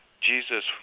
Jesus